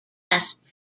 asked